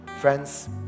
Friends